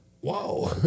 Whoa